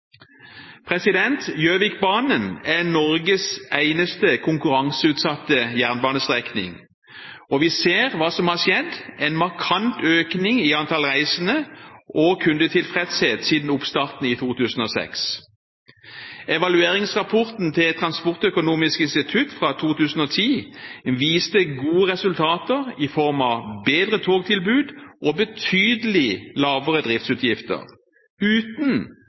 Gjøvikbanen er Norges eneste konkurranseutsatte jernbanestrekning, og vi ser hva som har skjedd: en markant økning i antall reisende og kundetilfredshet siden oppstarten i 2006. Evalueringsrapporten til Transportøkonomisk institutt fra 2010 viste gode resultater i form av bedre togtilbud og betydelig lavere driftsutgifter, uten